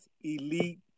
elite